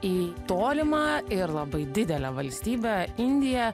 į tolimą ir labai didelę valstybę indiją